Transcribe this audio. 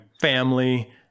family